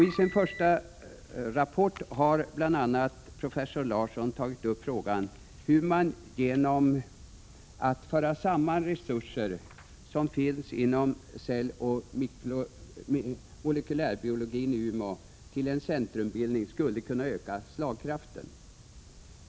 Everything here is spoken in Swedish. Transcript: I sin första rapport har professor Larsson bl.a. tagit upp frågan hur man genom att föra samman resurser som finns inom celloch molekylärbiologin i Umeå till en centrumbildning skulle kunna öka slagkraften.